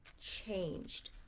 changed